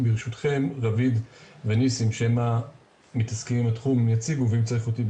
ברשותכם רביד וניסים שמתעסקים בתחום יציגו ואם צריך אותי,